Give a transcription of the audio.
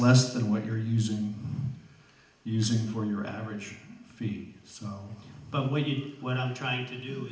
less than what you're using using for your average fees but with me when i'm trying to do